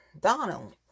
Donald